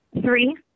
Three